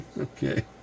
Okay